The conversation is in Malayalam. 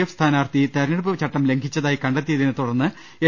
എഫ് സ്ഥാനാർത്ഥി തെരഞ്ഞെടുപ്പ് ചട്ടം ലംഘിച്ചതായി കണ്ടെത്തിയതിനെത്തുടർന്ന് എൽ